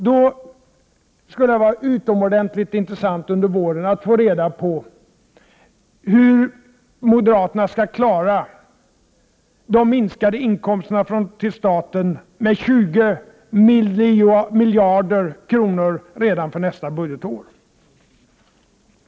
Det skall bli utomordentligt intressant att under våren få reda på hur moderaterna skall klara de minskade inkomsterna till staten. Det rör sig om 20 miljarder kronor redan för nästa budgetår.